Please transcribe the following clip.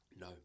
No